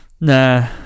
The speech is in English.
nah